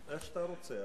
איך שאתה רוצה.